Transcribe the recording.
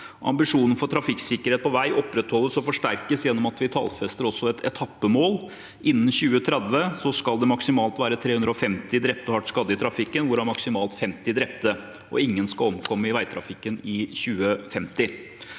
Ambisjonen for trafikksikkerhet på vei opprettholdes og forsterkes gjennom at vi også tallfester et etappemål. Innen 2030 skal det maksimalt være 350 drepte og hardt skadde i trafikken, hvorav maksimalt 50 drepte. Ingen skal omkomme i veitrafikken i 2050.